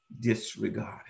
disregarded